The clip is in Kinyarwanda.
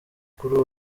kuri